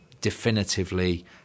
definitively